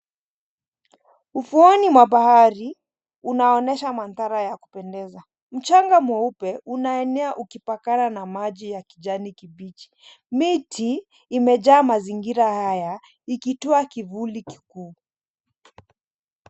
Ufuoni mwa bahari, unaonyesha mandhara ya kupendeza. Mchanga mweupe, unaenea ukipakana na maji ya kijani kibichi. Miti, imejaa mazingira haya, ikitoa kivuli kikuu.